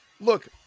look